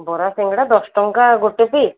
ବରା ସିଙ୍ଗଡ଼ା ଦଶ ଟଙ୍କା ଗୋଟେ ପିସ୍